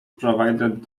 provided